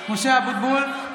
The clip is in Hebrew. (קוראת בשמות חברי הכנסת)